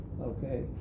Okay